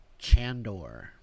Chandor